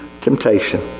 temptation